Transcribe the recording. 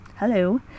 Hello